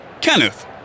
Kenneth